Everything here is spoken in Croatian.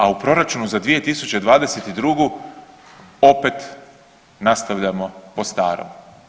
A u proračunu za 2022. opet nastavljamo po starom.